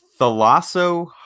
Thalasso